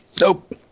Nope